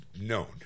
known